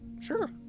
Sure